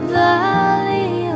valley